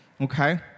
Okay